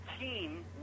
team